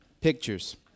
pictures